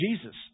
Jesus